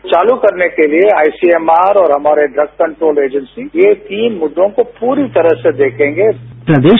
तो चालू करने के लिये आई सी एम आर और हमारे ड्रग कंट्रोल एजेंसी ये तीन मुद्दों को पूरी तरह से देखेंगे देख रहे हैं